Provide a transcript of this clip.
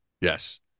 Yes